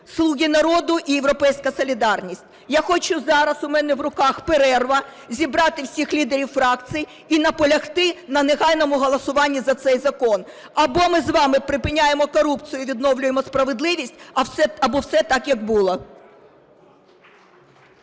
"Слуга народу" і "Європейська солідарність". Я хочу, зараз у мене в руках перерва, зібрати всіх лідерів фракцій і наполягти на негайному голосуванні за цей закон. Або ми з вами припиняємо корупцію і відновлюємо справедливість, або все так, як було.